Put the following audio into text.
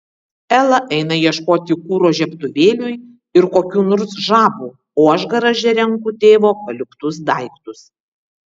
ela eina ieškoti kuro žiebtuvėliui ir kokių nors žabų o aš garaže renku tėvo paliktus daiktus